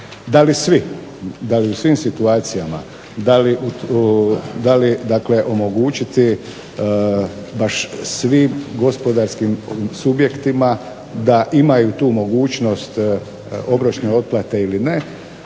Da li svi, da li u svim situacijama, da li dakle omogućiti baš svim gospodarskim subjektima da imaju tu mogućnost obročne otplate ili ne,